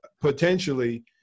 potentially